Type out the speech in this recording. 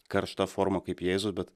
karšta forma kaip jėzus bet